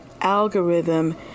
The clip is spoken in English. algorithm